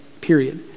period